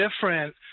different